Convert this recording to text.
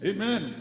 Amen